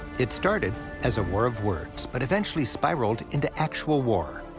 it started as a war of words, but eventually spiraled into actual war,